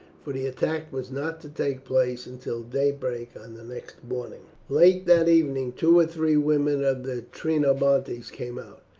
for the attack was not to take place until daybreak on the next morning. late that evening two or three women of the trinobantes came out,